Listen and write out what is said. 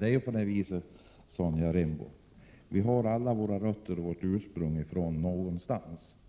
Herr talman! Vi har alla våra rötter någonstans, Sonja Rembo,